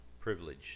privilege